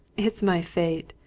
it's my fate!